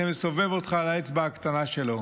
שמסובב אותך על האצבע הקטנה שלו.